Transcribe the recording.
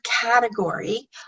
category